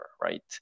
right